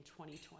2020